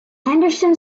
henderson